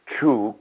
True